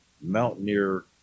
mountaineer